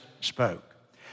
spoke